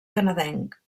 canadenc